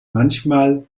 manchmal